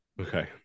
Okay